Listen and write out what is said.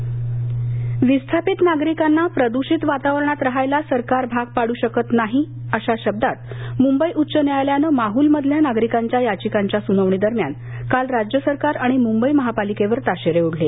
माहल विस्थापित नागरिकांना प्रदूषित वातावरणात राहायला सरकार भाग पाडू शकत नाही अशा शब्दात मुंबई उच्च न्यायालयानं माहूलमधल्या नागरिकांच्या याचिकांच्या सुनावणी दरम्यान काल राज्य सरकार आणि मुंबई महापालिकेवर ताशेरे ओढले